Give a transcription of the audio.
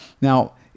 Now